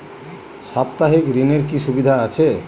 সাপ্তাহিক ঋণের কি সুবিধা আছে?